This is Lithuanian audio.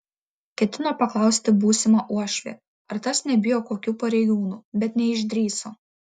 ketino paklausti būsimą uošvį ar tas nebijo kokių pareigūnų bet neišdrįso